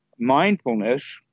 mindfulness